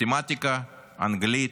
מתמטיקה, אנגלית,